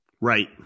Right